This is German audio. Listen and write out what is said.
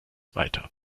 weiter